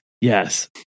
yes